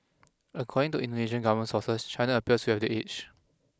according to Indonesian government sources China appears to have the edge